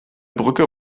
brücke